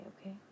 okay